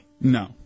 No